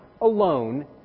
alone